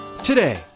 Today